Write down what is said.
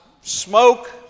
smoke